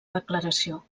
declaració